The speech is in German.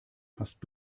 hast